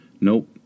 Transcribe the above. Nope